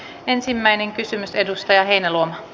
ensimmäinen kysymys edustaja heinäluoma